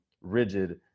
rigid